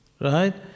Right